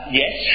yes